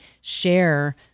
share